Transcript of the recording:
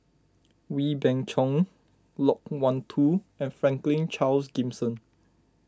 Wee Beng Chong Loke Wan Tho and Franklin Charles Gimson